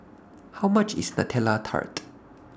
How much IS Nutella Tart